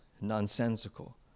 nonsensical